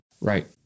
Right